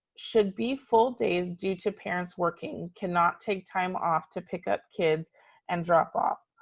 should be full days due to parents working, cannot take time off to pick up kids and drop off.